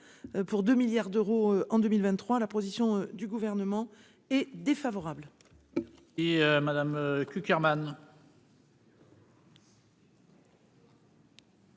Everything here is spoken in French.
pour 2 milliards d'euros en 2023 la position du gouvernement est défavorable.